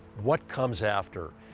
what comes after?